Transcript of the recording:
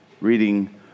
reading